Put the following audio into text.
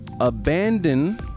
abandon